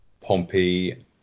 pompey